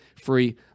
free